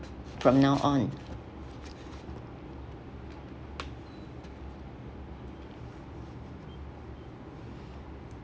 from now on